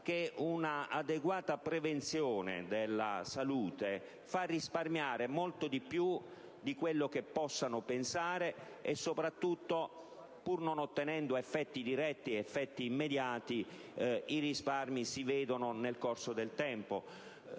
che un'adeguata prevenzione per la salute fa risparmiare molto di più di quello che si possa pensare e soprattutto, pur non ottenendo effetti diretti e immediati, i risparmi si vedono nel corso del tempo.